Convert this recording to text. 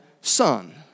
Son